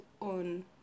on